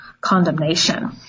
condemnation